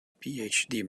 phd